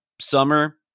summer